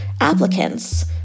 applicants